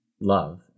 love